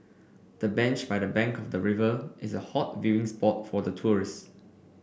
the bench by the bank of the river is a hot viewing spot for tourists